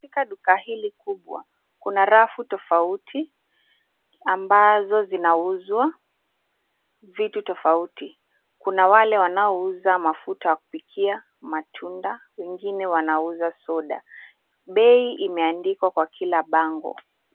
Katika duka hili kubwa, kuna rafu tofauti ambazo zinauzwa vitu tofauti. Kuna wale wanaouza mafuta ya kupikia, matunda, wengine wanauza soda. Bei imeandikwa kwa kila bango.